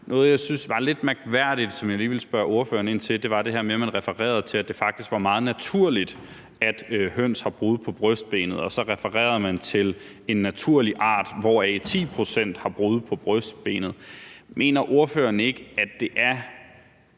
Noget, jeg syntes var lidt mærkværdigt, som jeg lige vil spørge ordføreren om, var det her med, at han refererede til, at det faktisk var meget naturligt, at høns har brud på brystbenet, og så refererede han til en oprindelig art, hvoraf 10 pct. har brud på brystbenet. Mener ordføreren ikke, at der er